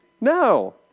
No